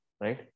Right